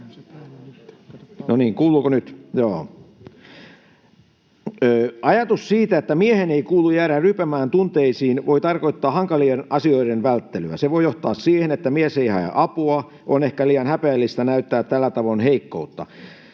Ajatus siitä, että miehen ei kuulu jäädä rypemään tunteisiin, voi tarkoittaa hankalien asioiden välttelyä. Se voi johtaa siihen, että mies ei hae apua — on ehkä liian häpeällistä näyttää tällä tavoin heikkoutta.